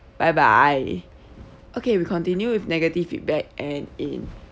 bye bye okay we continue with negative feedback and in